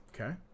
Okay